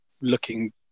looking